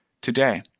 today